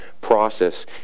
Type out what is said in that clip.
process